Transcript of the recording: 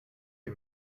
ihr